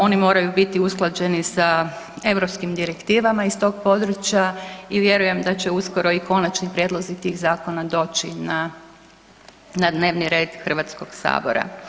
Oni moraju biti usklađeni sa europskim direktivama iz tog područja i vjerujem da će uskoro i konačni prijedlozi tih zakona doći na dnevni red Hrvatskog sabora.